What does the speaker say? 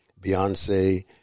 Beyonce